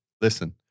listen